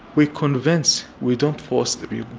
we convince. we don't force the people.